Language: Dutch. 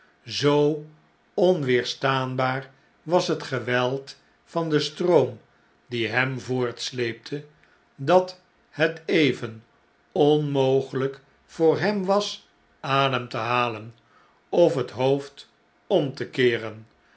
zoo onweerstaanbaar was het geweld van den stroom die hem voortsleepte dat het even onmogeljjk voor hem was adem te halen of het hoofd om te keeren